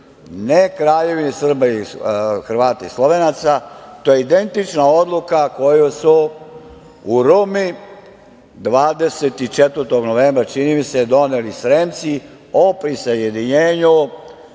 ne Kraljevini Srba, Hrvata i Slovenaca. To je identična odluka koju su u Rumi 24. novembra, čini mi se, doneli Sremci o prisajedinjenju